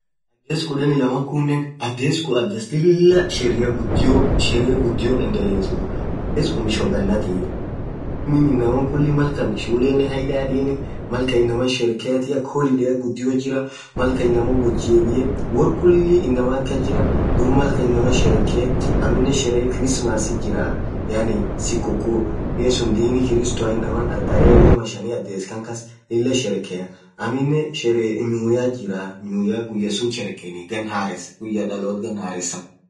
adhes khudeni lamaa khunen adhes khun adhes lilah Sheria ghudio sherehe ghudio endelethuuu adhes khuun mwisho gannathi inin inaam khulii malkan shulenen haidheni malkan inamaan sherekeathi akha holiday ghudio jirah malkan inamaan wot jebiyee worri khuliii inamathi kasjiraa dhub malkan inamaan sherekhee aminen Sheree Christmasit jiraa yaani sikukuu guyya sunn Dini kirstoa inamaa tarehe ilamaa Shani adhes khan kas Lilah sherekea aminen Sheree new year jiraaah new year guyya sunn sherekeni ghann harres dhaloth ghan haresa